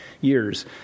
years